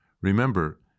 Remember